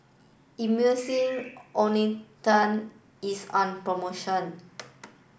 Emulsying Ointment is on promotion